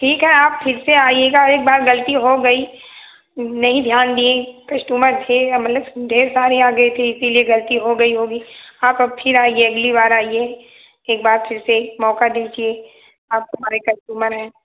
ठीक है आप फिर से आइएगा एक बार गलती हो गई नहीं ध्यान दिए कस्टुमर थे अब मतलब ढेर सारे आगए थे इसीलिए गलती हो गई होगी आप अब फिर आईए अगली बार आईए एक बार फिर से एक मौका दीजिए आप हमारे कस्टुमर हैं